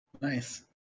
Nice